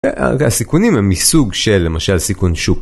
הסיכונים הם מסוג של למשל סיכון שוק